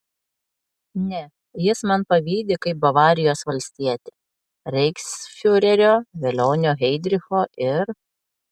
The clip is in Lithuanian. ne jis man pavydi kaip bavarijos valstietė reichsfiurerio velionio heidricho ir